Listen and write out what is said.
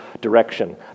direction